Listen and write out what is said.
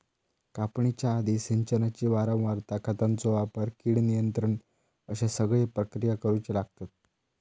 कापणीच्या आधी, सिंचनाची वारंवारता, खतांचो वापर, कीड नियंत्रण अश्ये सगळे प्रक्रिया करुचे लागतत